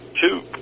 two